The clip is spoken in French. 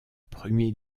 premier